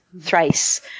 thrice